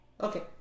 Okay